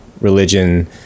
religion